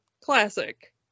classic